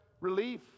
relief